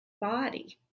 body